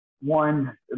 one